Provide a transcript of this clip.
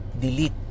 delete